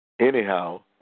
Anyhow